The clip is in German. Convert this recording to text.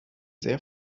sehr